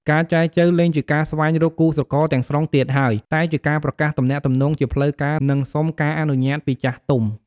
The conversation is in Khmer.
ការចែចូវលែងជាការស្វែងរកគូស្រករទាំងស្រុងទៀតហើយ តែជាការប្រកាសទំនាក់ទំនងជាផ្លូវការ និងសុំការអនុញ្ញាតពីចាស់ទុំ។